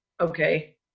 okay